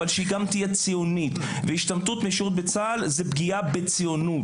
אבל שהיא גם תהיה ציונית והשתמטות משירות בצה"ל זה פגיעה בציונות,